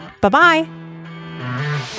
Bye-bye